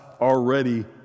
already